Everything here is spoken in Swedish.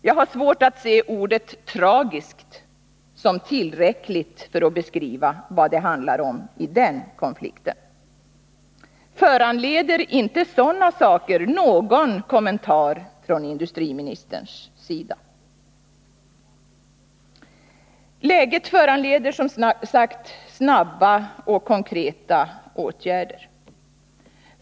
Jag har svårt att se ordet tragiskt som tillräckligt för att beskriva vad det handlar om i den konflikten. Föranleder inte sådana saker någon kommentar från industriministerns sida? Läget föranleder som sagt snara och konkreta åtgärder.